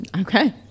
Okay